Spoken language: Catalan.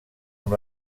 amb